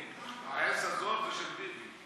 העז הזאת זה של ביבי.